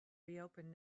reopen